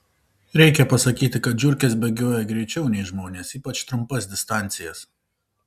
reikia pasakyti kad žiurkės bėgioja greičiau nei žmonės ypač trumpas distancijas